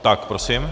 Tak prosím.